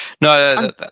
no